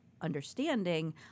understanding